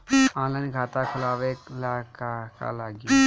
Online खाता खोलबाबे ला का का लागि?